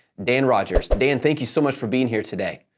dan rogers. dan, thank you so much for being here today.